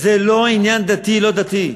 זה לא עניין דתי לא-דתי.